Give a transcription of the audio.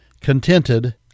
contented